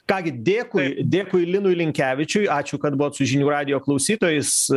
ką gi dėkui dėkui linui linkevičiui ačiū kad buvot su žinių radijo klausytojais